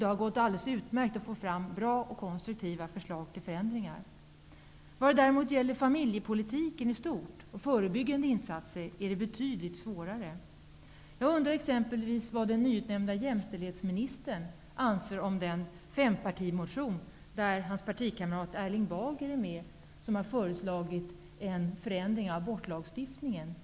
Det har gått alldeles utmärkt att få fram bra och konstruktiva förslag till förändringar. När det däremot gäller familjepolitiken och förebyggande insatser är det betydligt svårare. Jag undrar exempelvis vad den nyutnämnde jäm ställdhetsministern anser om den fempartimotion där hans partikamrat Erling Bager är med och där det föreslagits en förändring av abortlagstift ningen.